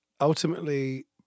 ultimately